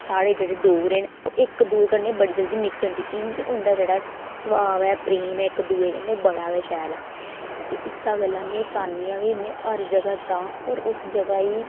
ते साढ़े जेह्ड़े डोगरे न ओह् इक्क दूऐ कन्नै बड़ी जल्दी मिक्स होई जंदे न उं'दा जेह्ड़ा सुभाऽ ऐ प्रेम ऐ इक दूऐ कन्नै बड़ा गै शैल ऐ ते इस्सै गल्ला में चाह्न्नी आं कि में हर जगह् जां होर उस जगह् ई